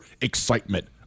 excitement